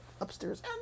upstairs